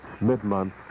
mid-month